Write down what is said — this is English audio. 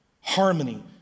harmony